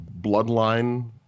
bloodline